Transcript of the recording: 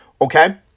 Okay